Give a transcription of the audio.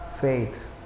faith